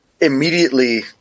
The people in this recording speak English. immediately